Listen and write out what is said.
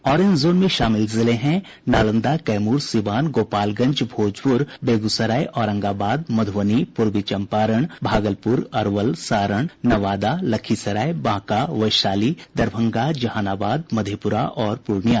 orange zone में शामिल जिले हैं नालंदा कैमूर सिवान गोपालगंज भोजपुर बेगूसराय औरंगाबाद मधुबनी पूर्वी चंपारण भागलपुर अरवल सारण नवादा लखीसराय बांका वैशाली दरभंगा जहानाबाद मधेप्ररा और पूर्णिया